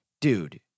dude